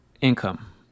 income